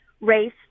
race